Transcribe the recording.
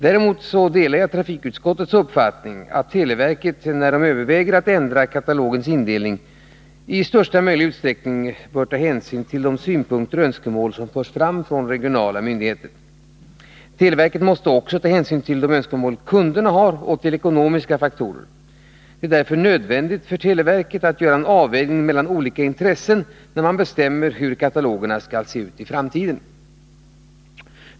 Däremot delar jag trafikutskottets uppfattning att televerket vid sina överväganden om ändringar i telefonkatalogens indelning i största möjliga utsträckning bör ta hänsyn till synpunkter och önskemål som förs fram från regionala myndigheter. Televerket måste också ta hänsyn till kundernas önskemål och ekonomiska faktorer. Det är därför nödvändigt för televerket att göra en avvägning mellan olika intressen när man bestämmer hur telefonkatalogerna skall se ut i framtiden.